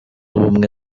ubumwe